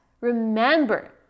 remember